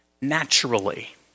naturally